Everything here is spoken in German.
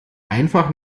einfach